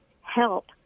help